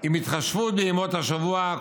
עם התחשבות בימות השבוע.